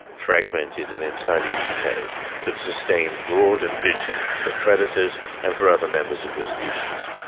fragmented and entirely detailed but sustained, broad and vigilant for predators and for other members of your species